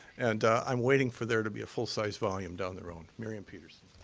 and i'm waiting for there to be a full-sized volume down the road. miriam pederson.